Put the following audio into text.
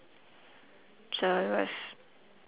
so it was